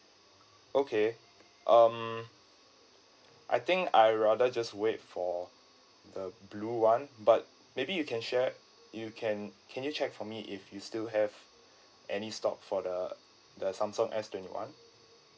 okay um I think I rather just wait for the blue [one] but maybe you can share you can can you check for me if you still have any stock for the the samsung S twenty one